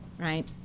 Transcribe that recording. right